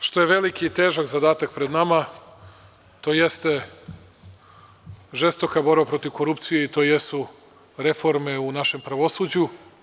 Ono što je veliki i težak zadatak pred nama, to jeste žestoka borba protiv korupcije i to jesu reforme u našem pravosuđu.